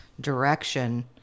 direction